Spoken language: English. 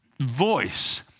voice